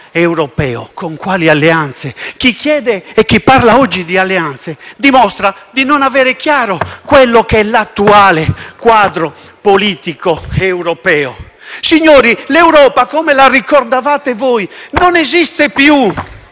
europeo. Con quali alleanze? Chi chiede e chi parla oggi di alleanze dimostra di non avere chiaro l'attuale quadro politico europeo. Signori, l'Europa come la ricordavate voi non esiste più.